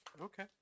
Okay